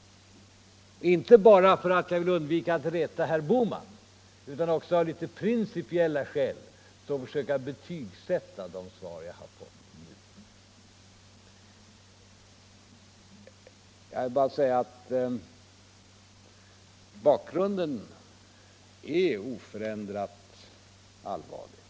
— inte bara för att jag vill undvika att reta herr Bohman utan också av principiella skäl — och betygsätta de svar jag har fått. Jag vill bara säga att bakgrunden är oförändrat allvarlig.